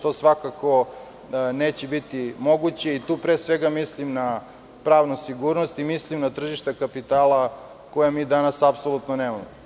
To svakako neće biti moguće i tu pre svega mislim na pravnu sigurnost i mislim na tržište kapitala, koje mi danas apsolutno nemamo.